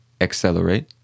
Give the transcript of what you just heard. accelerate